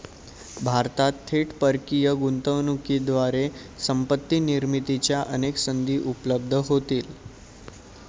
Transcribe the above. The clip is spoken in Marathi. भारतात थेट परकीय गुंतवणुकीद्वारे संपत्ती निर्मितीच्या अनेक संधी उपलब्ध होतील